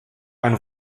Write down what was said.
ein